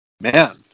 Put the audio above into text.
man